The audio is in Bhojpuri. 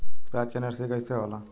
प्याज के नर्सरी कइसे होला?